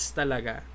talaga